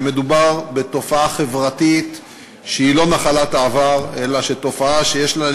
שמדובר בתופעה חברתית שהיא לא נחלת העבר אלא תופעה שיש לה,